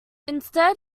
instead